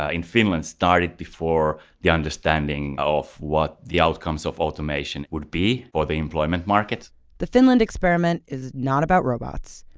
ah in finland, started before the understanding of what the outcomes of automation would be for the employment market the finland experiment is not about robots,